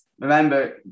remember